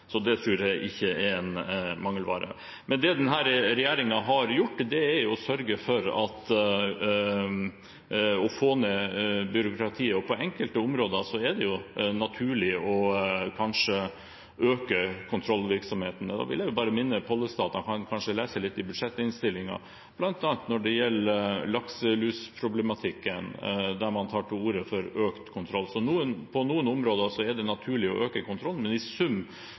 så det tror jeg ikke er en mangelvare. Men det denne regjeringen har gjort, er å sørge for å få ned byråkratiet. På enkelte områder er det naturlig kanskje å øke kontrollvirksomheten. Da vil jeg minne Pollestad på kanskje å lese litt i budsjettinnstillingen, bl.a. når det gjelder lakselusproblematikken, der man tar til orde for økt kontroll. På noen områder er det naturlig å øke kontrollen, men i sum